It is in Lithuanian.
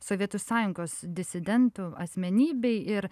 sovietų sąjungos disidentų asmenybei ir